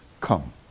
Come